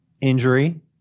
Injury